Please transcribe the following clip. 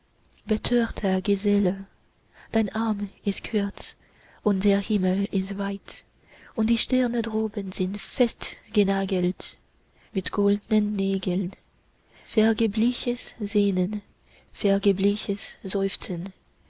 betörter geselle dein arm ist kurz und der himmel ist weit und die sterne droben sind festgenagelt mit goldnen nägeln vergebliches sehnen vergebliches